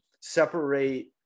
separate